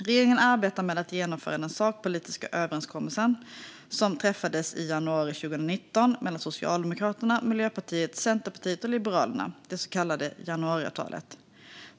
Regeringen arbetar med att genomföra den sakpolitiska överenskommelse som träffades i januari 2019 mellan Socialdemokraterna, Miljöpartiet, Centerpartiet och Liberalerna, det så kallade januariavtalet.